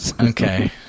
Okay